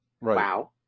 wow